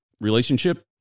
relationship